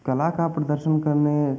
कला का प्रदर्शन करने